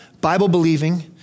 Bible-believing